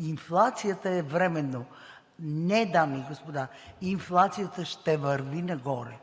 инфлацията е временно. Не, дами и господа, инфлацията ще върви нагоре.